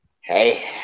hey